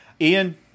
Ian